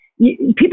People